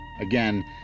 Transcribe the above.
Again